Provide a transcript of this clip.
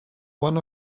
one